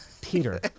Peter